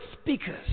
speakers